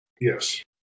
Yes